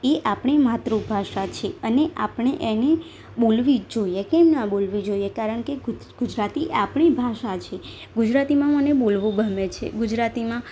એ આપણી માતૃ ભાષા છે અને આપણે એને બોલવી જ જોઈએ કેમ ન બોલવી જોઈએ કારણ કે ગુજરાતી આપણી ભાષા છે ગુજરાતીમાં મને બોલવું ગમે છે ગુજરાતીમાં